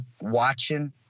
watching